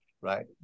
right